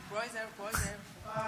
עדיף.